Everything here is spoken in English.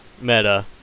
Meta